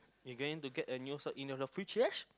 you going to get a new sock in your futures